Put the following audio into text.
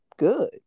good